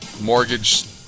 mortgage